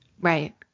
Right